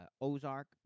Ozark